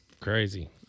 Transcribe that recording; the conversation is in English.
crazy